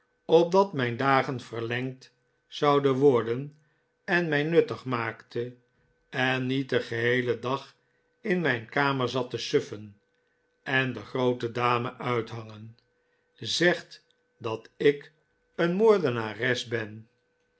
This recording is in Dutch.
opdat mijn dagen verlengd zouden worden en mij nuttig maakte en niet den geheelen dag in mijn kamer zat te suffen en de groote dame uithangen zegt dat ik een moordenares ben